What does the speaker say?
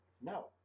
No